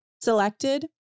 selected